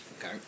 Okay